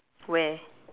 where